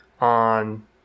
on